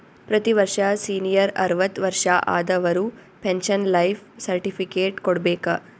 ಪ್ರತಿ ವರ್ಷ ಸೀನಿಯರ್ ಅರ್ವತ್ ವರ್ಷಾ ಆದವರು ಪೆನ್ಶನ್ ಲೈಫ್ ಸರ್ಟಿಫಿಕೇಟ್ ಕೊಡ್ಬೇಕ